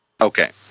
Okay